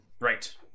Right